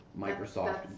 Microsoft